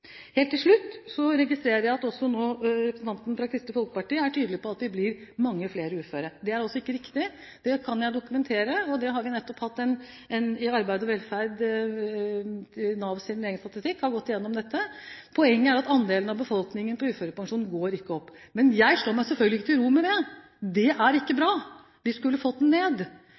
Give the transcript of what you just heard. Helt til slutt registrerer jeg nå at også representanten fra Kristelig Folkeparti er tydelig på at vi blir mange flere uføre. Det er altså ikke riktig. Det kan jeg dokumentere. Det har vi nettopp hatt om i tidsskriftet Arbeid og velferd – Navs egen statistikk har gått gjennom dette. Poenget er at andelen av befolkningen på uførepensjon ikke går opp, men jeg slår meg selvfølgelig ikke til ro med det. Det er ikke bra. Vi skulle fått den ned.